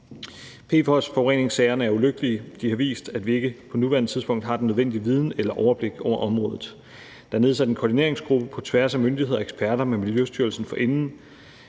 PFOS-forureningssagerne er ulykkelige. De har vist, at vi ikke på nuværende tidspunkt har den nødvendige viden eller overblik over området. Der er nedsat en koordineringsgruppe på tværs af myndigheder og eksperter med Miljøstyrelsen for enden.